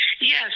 Yes